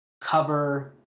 cover